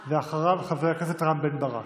אחריו, חבר הכנסת רם בן ברק.